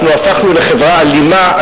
אנחנו הפכנו לחברה אלימה.